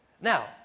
Now